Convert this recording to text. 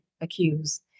accused